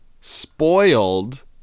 spoiled